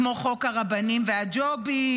כמו חוק הרבנים והג'ובים,